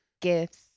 gifts